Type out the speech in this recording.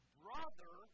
brother